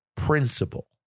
principle